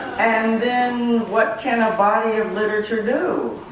and then what can a body of literature do?